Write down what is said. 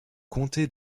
comté